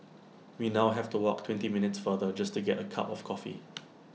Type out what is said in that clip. we now have to walk twenty minutes farther just to get A cup of coffee